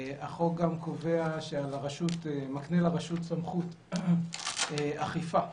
החוק גם מקנה לרשות סמכויות אכיפה,